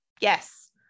Yes